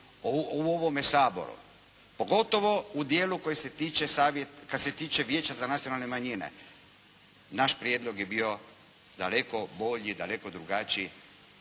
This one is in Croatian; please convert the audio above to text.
u ovome Saboru, pogotovo u dijelu kad se tiče Vijeća za nacionalne manjine. Naš prijedlog je bio daleko bolji, daleko drugačiji,